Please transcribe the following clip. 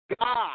God